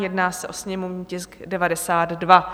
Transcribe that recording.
Jedná se o sněmovní tisk 92.